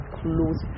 close